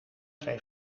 twee